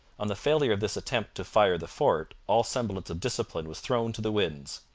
on the failure of this attempt to fire the fort all semblance of discipline was thrown to the winds.